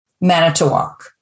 Manitowoc